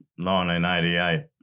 1988